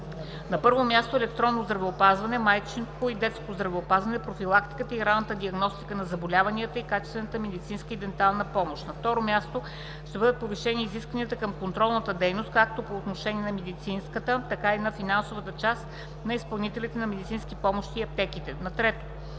на първо място – електронното здравеопазване, майчиното и детското здравеопазване, профилактиката и ранната диагностика на заболяванията и качествената медицинска и дентална помощ; - на второ място – ще бъдат повишени изискванията към контролната дейност, както по отношение на медицинската, така и на финансовата част на изпълнителите на медицинска помощ и аптеките;